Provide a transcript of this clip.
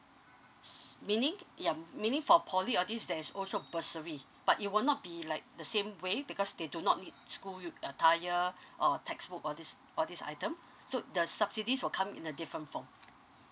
s~ meaning ya um meaning for poly or these there's also bursary but it will not be like the same way because they do not need school use attire or textbook or this or this item so the subsidies will come in a different form